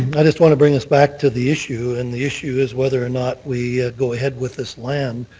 i just want to bring us back to the issue, and the issue is whether or not we go ahead with this land.